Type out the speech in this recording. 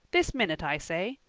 this minute, i say.